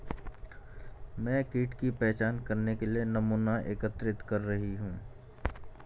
मैं कीट की पहचान करने के लिए नमूना एकत्रित कर रही हूँ